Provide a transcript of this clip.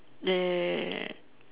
the